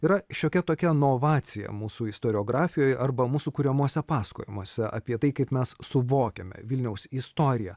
yra šiokia tokia novacija mūsų istoriografijoj arba mūsų kuriamuose pasakojimuose apie tai kaip mes suvokiame vilniaus istoriją